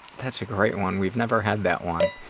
that's a great one. we've never had that one.